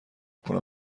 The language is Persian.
کنم